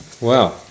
Wow